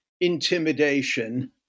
intimidation